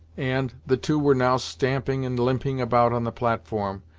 and the two were now stamping and limping about on the platform,